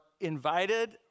invited